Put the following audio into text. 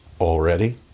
already